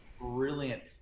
brilliant